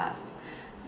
path